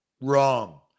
Wrong